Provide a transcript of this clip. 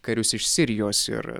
karius iš sirijos ir